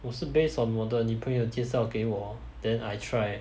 我是 based on 我的女朋友介绍给我 then I try